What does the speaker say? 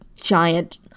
giant